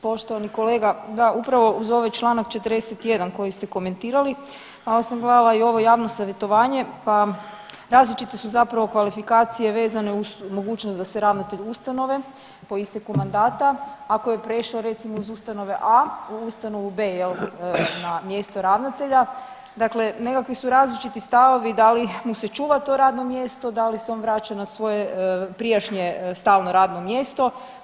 Poštovani kolega, da upravo uz ovaj Članak 41. koji ste komentirali malo sam gledala i ovo javno savjetovanje, pa različite su zapravo kvalifikacije vezane uz mogućnost da se ravnatelj ustanove po isteku mandata ako je prešao recimo iz ustanove A u ustanovu B jel na mjesto ravnatelja, dakle nekakvi su različiti stavovi da li mu se čuva to radno mjesto, da li se on vraća na svoje prijašnje stalno radno mjesto.